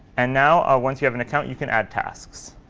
and now, ah once you have an account, you can add tasks.